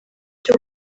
cyo